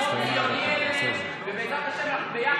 הסתיימה הדקה.